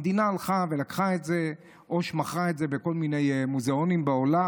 המדינה לקחה את זה או מכרה את זה לכל מיני מוזיאונים בעולם,